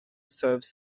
serves